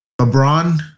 LeBron